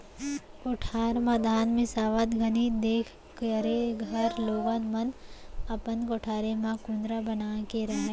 कोठार म धान मिंसावत घनी देख देख करे घर लोगन मन अपन कोठारे म कुंदरा बना के रहयँ